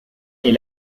est